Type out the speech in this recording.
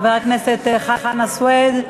חבר הכנסת חנא סוייד,